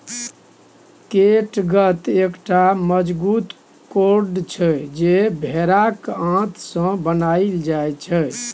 कैटगत एकटा मजगूत कोर्ड छै जे भेराक आंत सँ बनाएल जाइ छै